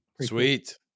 sweet